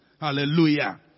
Hallelujah